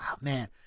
man